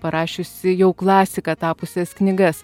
parašiusi jau klasika tapusias knygas